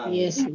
yes